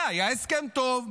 זה היה הסכם טוב.